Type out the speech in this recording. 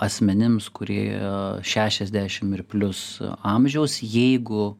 asmenims kurie šešiasdešim ir plius amžiaus jeigu